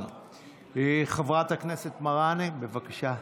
חברת הכנסת מראענה, בבקשה.